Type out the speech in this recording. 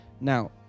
Now